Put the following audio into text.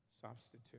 substitute